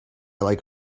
like